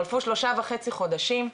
שלושה וחצי חודשים,